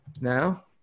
Now